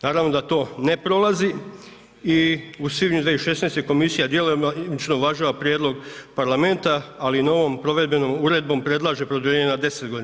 Naravno da to ne prolazi i u svibnju 2016. komisija djelomično uvažava prijedlog Parlamenta, ali novom provedbenom uredbom predlaže produljenje na 10 godina.